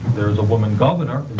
there's a woman governor,